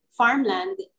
farmland